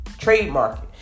trademark